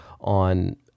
on